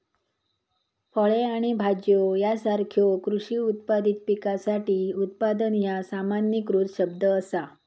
फळे आणि भाज्यो यासारख्यो कृषी उत्पादित पिकासाठी उत्पादन ह्या सामान्यीकृत शब्द असा